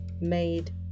made